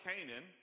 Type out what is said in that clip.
Canaan